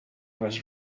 was